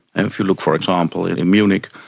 and if you look, for example, in munich,